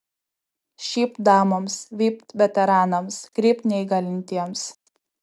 šypt damoms vypt veteranams krypt neįgalintiems